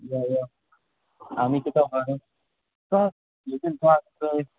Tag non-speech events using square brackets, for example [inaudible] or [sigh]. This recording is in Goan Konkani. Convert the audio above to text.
यो यो आनी कितें होबोरू [unintelligible]